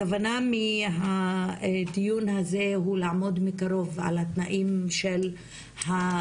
הכוונה מהדיון הזה הוא לאמוד מקרוב על התנאים של הסייעות,